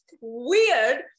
weird